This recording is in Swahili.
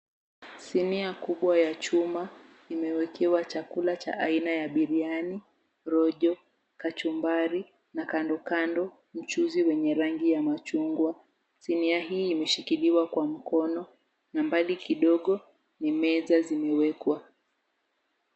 Sinia kubwa ya chuma imewekewa chakula cha aina ya biriyani, rojo, kachumbari na kando kando mchuzi wenye rangi ya machungwa. Sinia hii imeshikiliwa kwa mkono na mbali kidogo ni meza zimewekwa.